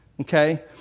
Okay